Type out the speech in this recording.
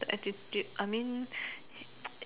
the attitude I mean